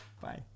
bye